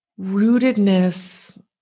rootedness